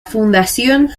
fundación